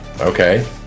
okay